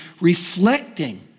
reflecting